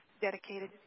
dedicated